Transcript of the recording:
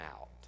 out